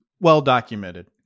Well-documented